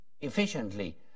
efficiently